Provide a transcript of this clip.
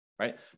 Right